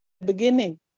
beginning